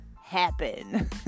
happen